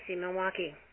Milwaukee